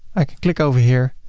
i can click over here.